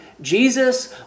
Jesus